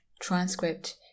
transcript